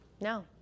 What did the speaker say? No